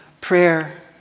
prayer